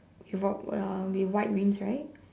he walk well with white rings right